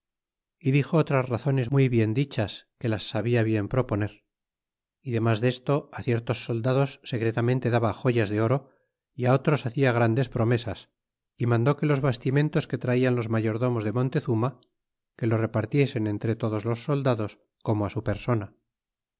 y dixo otras razcnes muy bien dichas que las sabia bien proponer y domas desto ciertos soldados secretamente daba joyas de oro y otros hacia grandes promesas y mandó quelos bastimentes que traian los mayordomos de montezuma que lo í epartiesen entre todos los soldados como su persona